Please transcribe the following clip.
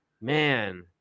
man